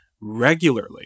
regularly